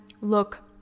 look